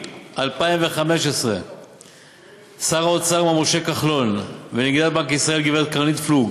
ביוני 2015 שר האוצר מר משה כחלון ונגידת בנק ישראל הגברת קרנית פלוג